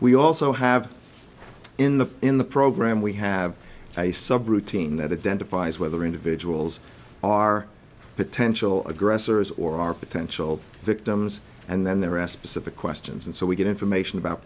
we also have in the in the program we have a sub routine that identifies whether individuals are potential aggressors or are potential victims and then they're aspecific questions and so we get information about